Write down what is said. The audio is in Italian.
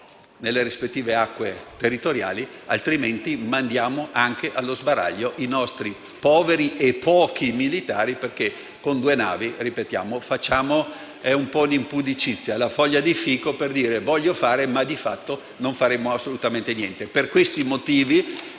nelle rispettive acque territoriali, altrimenti mandiamo anche allo sbaraglio i nostri poveri e pochi militari, perché - ripeto - con due navi è un po' un impudicizia: è la foglia di fico per dire: «voglio fare, ma di fatto non faremo assolutamente niente». Per questi motivi